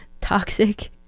toxic